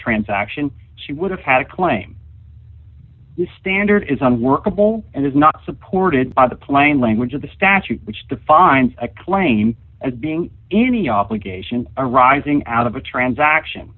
transaction she would have had a claim the standard is unworkable and is not supported by the plain language of the statute which defines a claim as being any obligation arising out of a transaction